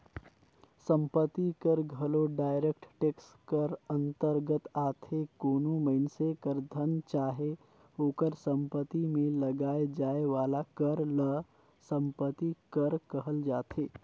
संपत्ति कर घलो डायरेक्ट टेक्स कर अंतरगत आथे कोनो मइनसे कर धन चाहे ओकर सम्पति में लगाए जाए वाला कर ल सम्पति कर कहल जाथे